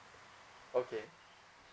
okay